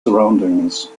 surroundings